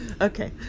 okay